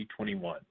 2021